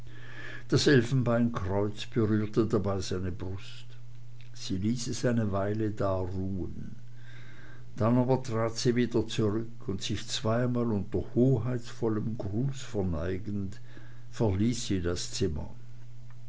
das elfenbeinkreuz berührte dabei seine brust sie ließ es eine weile da ruhen dann aber trat sie wieder zurück und sich zweimal unter hoheitsvollem gruß verneigend verließ sie das zimmer